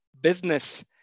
business